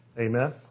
Amen